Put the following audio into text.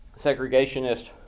segregationist